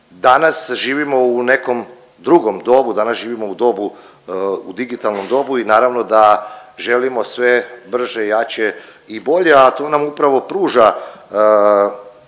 Danas živimo u nekom drugom dobu, danas živimo u dobu, u digitalnom dobu i naravno da želimo sve brže, jače i bolje a to nam upravo pruža